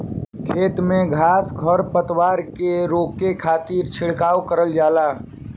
खेत में घास खर पतवार के रोके खातिर छिड़काव करल जाला